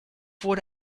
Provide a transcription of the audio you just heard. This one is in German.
wurde